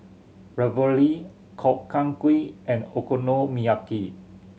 Ravioli Gobchang Gui and Okonomiyaki